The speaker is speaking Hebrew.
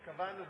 קבענו,